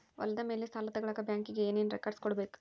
ಹೊಲದ ಮೇಲೆ ಸಾಲ ತಗಳಕ ಬ್ಯಾಂಕಿಗೆ ಏನು ಏನು ರೆಕಾರ್ಡ್ಸ್ ಕೊಡಬೇಕು?